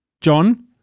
John